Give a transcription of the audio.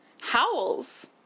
howls